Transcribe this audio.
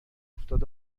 افتاد